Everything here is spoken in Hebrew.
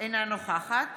אינה נוכחת